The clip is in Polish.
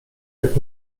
jak